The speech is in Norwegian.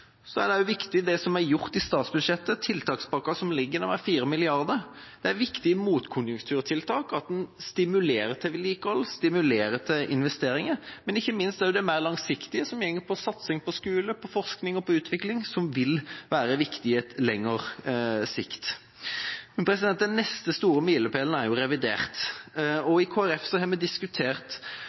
er også viktig det som har blitt gjort i statsbudsjettet: tiltakspakken på 4 mrd. kr. Det er et viktig motkonjunkturtiltak at en stimulerer til vedlikehold og til investeringer, men ikke minst også det mer langsiktige, som handler om satsing på skole, forskning og utvikling, vil være viktig på lengre sikt. Den neste store milepælen er revidert, og i Kristelig Folkeparti har vi diskutert